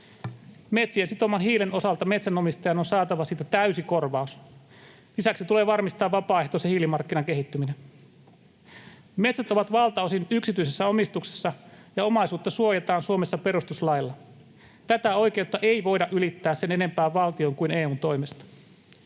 Metsien sitoman hiilen osalta metsänomistajan on saatava siitä täysi korvaus. Lisäksi tulee varmistaa vapaaehtoisen hiilimarkkinan kehittyminen. Metsät ovat valtaosin yksityisessä omistuksessa, ja omaisuutta suojataan Suomessa perustuslailla. Tätä oikeutta ei voida ylittää sen enempää valtion kuin EU:n toimesta.